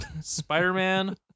Spider-Man